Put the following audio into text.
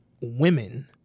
women